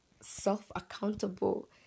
self-accountable